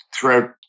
throughout